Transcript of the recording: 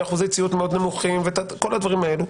אחוזי ציות מאוד נמוכים וכל הדברים האלו,